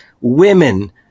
women